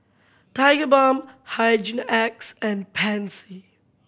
Tigerbalm Hygin X and Pansy